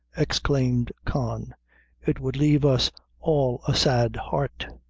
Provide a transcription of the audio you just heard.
exclaimed con it would lave us all a sad heart.